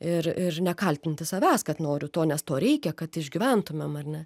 ir ir nekaltinti savęs kad noriu to nes to reikia kad išgyventumėm ar ne